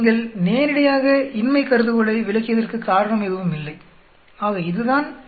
நீங்கள் நேரிடையாக இன்மை கருதுகோளை விலக்கியதற்கு காரணம் எதுவும் இல்லை ஆக இதுதான் t 0